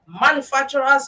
Manufacturers